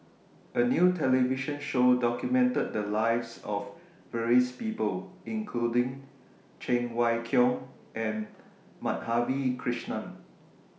A New television Show documented The Lives of various People including Cheng Wai Keung and Madhavi Krishnan